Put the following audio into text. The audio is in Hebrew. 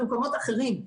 במקומות אחרים.